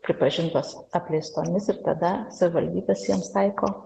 pripažintos apleistomis ir tada savivaldybės jiems taiko